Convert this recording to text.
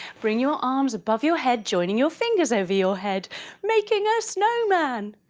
bring your arms above your head joining your fingers over your head making a snowman!